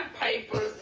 papers